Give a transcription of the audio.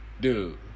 Dude